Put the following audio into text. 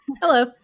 Hello